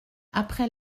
après